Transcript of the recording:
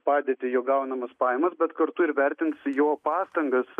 padėtį jo gaunamas pajamas bet kartu ir vertins jo pastangas